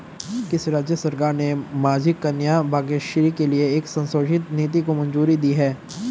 किस राज्य सरकार ने माझी कन्या भाग्यश्री के लिए एक संशोधित नीति को मंजूरी दी है?